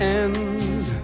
end